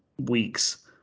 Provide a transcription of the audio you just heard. weeks